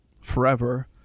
forever